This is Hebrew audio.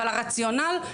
אבל הרציונל,